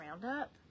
Roundup